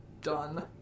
done